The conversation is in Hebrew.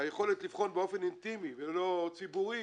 היכולת לבחון באופן אינטימי ולא ציבורי